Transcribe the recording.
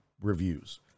reviews